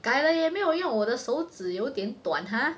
改了也没有用我的手指有点短 !huh!